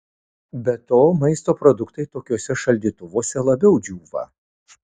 be to maisto produktai tokiuose šaldytuvuose labiau džiūva